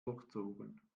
durchzogen